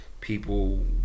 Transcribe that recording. people